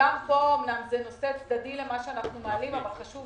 אמנם זה נושא צדדי למה שאנחנו מעלים אבל חשוב